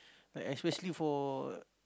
like especially for